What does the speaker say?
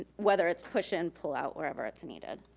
whether it's push-in, pull-out, wherever it's needed.